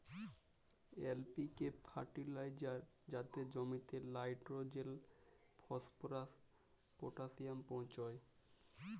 LPK fertilizer যাতে জমিতে nitrogen, phosphorus, potassium পৌঁছায়